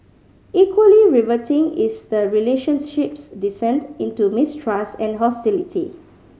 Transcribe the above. equally riveting is the relationship's descent into mistrust and hostility